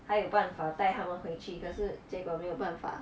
还有办法带他们回去可是结果没有办法